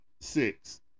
six